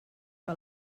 que